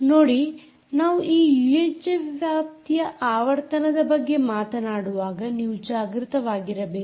ನೋಡಿ ನಾವು ಈ ಯೂಎಚ್ಎಫ್ ವ್ಯಾಪ್ತಿಯ ಆವರ್ತನದ ಬಗ್ಗೆ ಮಾತನಾಡುವಾಗ ನೀವು ಜಾಗೃತರಾಗಿರಬೇಕು